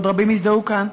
ועוד רבים יזדהו כאן,